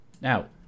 Now